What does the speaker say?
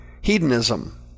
hedonism